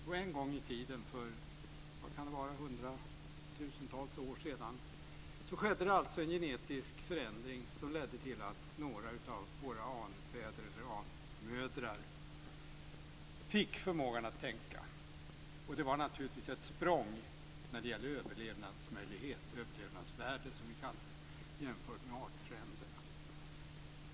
Och en gång i tiden för hundratusentals år sedan skedde det en genetisk förändring som ledde till att några av våra anfäder eller anmödrar fick förmågan att tänka. Och det var naturligtvis ett språng när det gäller överlevnadsmöjligheter, överlevnadsvärde som vi kallar det, jämfört med artfränderna.